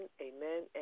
amen